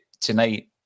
tonight